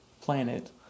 planet